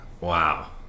wow